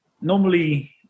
normally